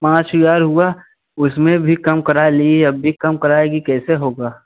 पाँच हज़ार हुआ उसमें भी कम करा लिए अब भी कम कराएँगी कैसे होगा